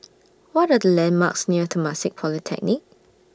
What Are The landmarks near Temasek Polytechnic